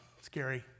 scary